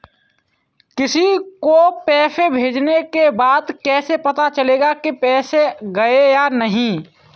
किसी को पैसे भेजने के बाद कैसे पता चलेगा कि पैसे गए या नहीं?